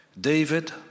David